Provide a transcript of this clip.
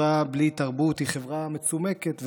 חברה בלי תרבות היא חברה מצומקת ודלה,